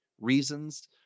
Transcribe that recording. reasons